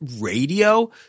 radio